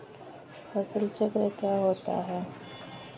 फसल चक्र क्या होता है?